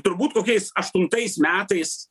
turbūt kokiais aštuntais metais